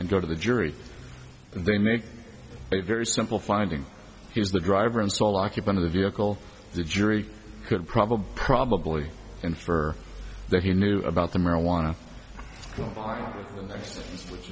and go to the jury and they make a very simple finding he was the driver and sole occupant of the vehicle the jury could probably probably infer that he knew about the marijuana